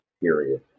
period